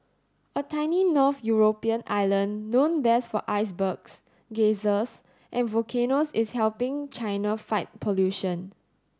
a tiny north European island known best for icebergs geysers and volcanoes is helping China fight pollution